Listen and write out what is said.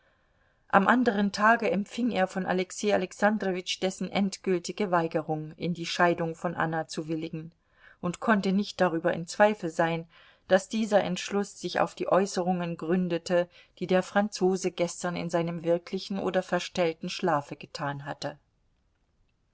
am anderen tage empfing er von alexei alexandrowitsch dessen endgültige weigerung in die scheidung von anna zu willigen und konnte nicht darüber in zweifel sein daß dieser entschluß sich auf die äußerungen gründete die der franzose gestern in seinem wirklichen oder verstellten schlafe getan hatte